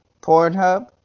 Pornhub